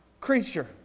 Creature